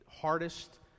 hardest